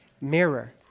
mirror